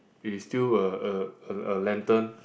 it is still a a a a lantern